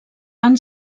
van